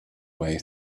way